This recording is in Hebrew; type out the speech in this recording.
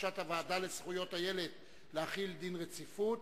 בקשת הוועדה לזכויות הילד להחיל דין רציפות.